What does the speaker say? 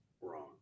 wrong